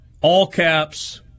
all-caps